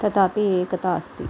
तथापि एकता अस्ति